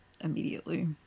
immediately